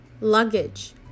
Luggage